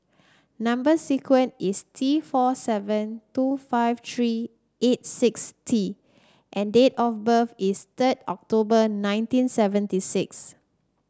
number sequence is T four seven two five three eight six T and date of birth is third October nineteen seventy six